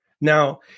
Now